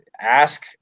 ask